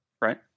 right